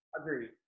Agreed